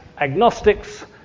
agnostics